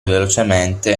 velocemente